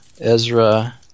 Ezra